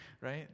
right